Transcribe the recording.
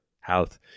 health